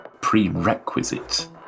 prerequisite